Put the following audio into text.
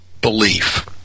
belief